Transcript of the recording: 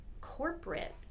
corporate